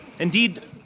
Indeed